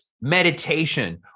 meditation